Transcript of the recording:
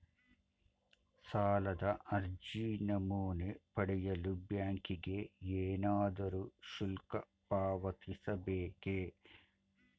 ಸಾಲದ ಅರ್ಜಿ ನಮೂನೆ ಪಡೆಯಲು ಬ್ಯಾಂಕಿಗೆ ಏನಾದರೂ ಶುಲ್ಕ ಪಾವತಿಸಬೇಕೇ?